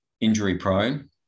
injury-prone